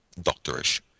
Doctorish